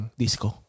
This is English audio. disco